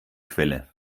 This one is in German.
quelle